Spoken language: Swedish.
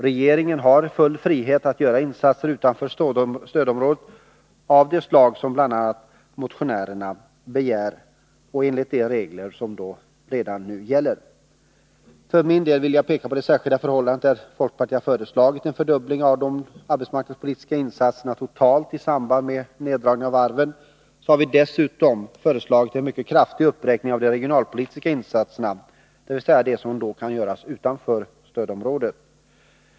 Regeringen har full frihet att göra insatser utanför stödområdet av det slag som bl.a. motionärerna begär och enligt de regler som redan nu gäller. För min del vill jag peka på att i fråga om de särskilda förhållanden där folkpartiet har föreslagit en fördubbling av de arbetsmarknadspolitiska insatserna totalt i samband med neddragningen av varven, så har vi dessutom föreslagit en mycket kraftig uppräkning av de regionalpolitiska insatserna, dvs. de som kan göras utanför stödområdet.